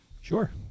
Sure